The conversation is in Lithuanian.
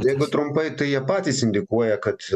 jeigu trumpai tai jie patys indikuoja kad